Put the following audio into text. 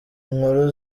inkuru